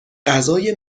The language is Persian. غذای